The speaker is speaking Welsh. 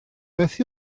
beth